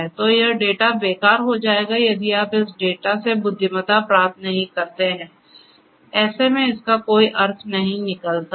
तो यह डेटा बेकार हो जाएगा यदि आप इस डेटा से बुद्धिमत्ता प्राप्त नहीं करते हैं ऐसे में इसका कोई अर्थ नहीं निकलता है